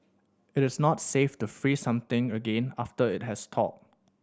it is not safe to freeze something again after it has thawed